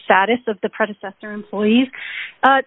status of the predecessor employees